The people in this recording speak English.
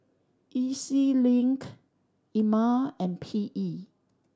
E Z Link Ema and P E